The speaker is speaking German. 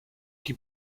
die